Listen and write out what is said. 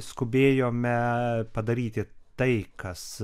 skubėjome padaryti tai kas